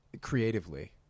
creatively